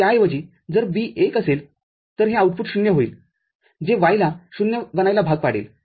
तर त्याऐवजी जर B १ असेल तर हे आउटपुट ० होईल जे Y ला ० बनायला भाग पाडेल